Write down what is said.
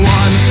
one